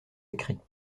écrits